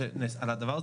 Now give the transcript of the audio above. עלויות.